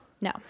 No